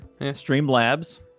Streamlabs